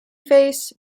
face